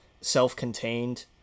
self-contained